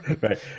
right